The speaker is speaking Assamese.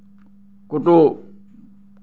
কোনো